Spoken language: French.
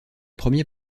premiers